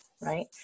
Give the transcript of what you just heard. right